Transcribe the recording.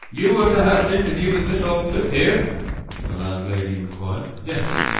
you are to have an interview with miss aldclyffe here the landlady inquired. yes.